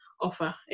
offer